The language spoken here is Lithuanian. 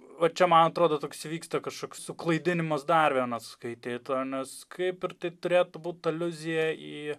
va čia man atrodo toks įvyksta kažkoks suklaidinimas dar vienas skaityto nes kaip ir tai turėtų būt aliuzija į